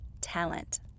talent